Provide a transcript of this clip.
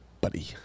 buddy